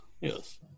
yes